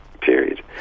period